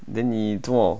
then 你做么